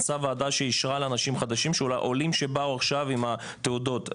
שאישרה לאנשים חדשים כמו עולים שבאו עכשיו עם התעודות,